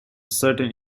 certain